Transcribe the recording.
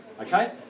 Okay